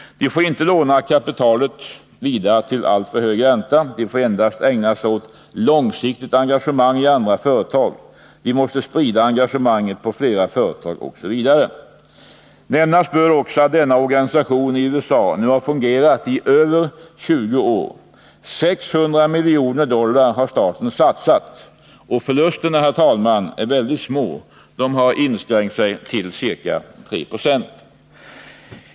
De får inte låna kapitalet vidare till alltför hög ränta. De får endast ägna sig åt långsiktigt engagemang i andra företag. De måste sprida engagemanget på flera företag, osv. Nämnas bör att denna organisation i USA nu fungerat i över 20 år. 600 miljoner dollar har staten satsat. Förlusterna har inskräkt sig till ca 3 20.